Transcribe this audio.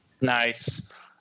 Nice